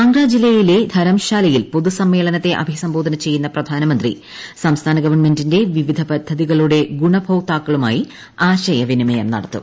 കാൺഗ്ര ജില്ലയിലെ ധരം ശാലയിൽ പൊതുസമ്മേളനത്തെ അഭിസംബോധന ചെയ്യുന്ന പ്രധാനമന്ത്രി സംസ്ഥാന് ഗ്വൺമെന്റിന്റെ വിവിധ പദ്ധതികളുടെ ഗുണഭോക്താക്കളുമായി ആശയ വിനിമയം നടത്തും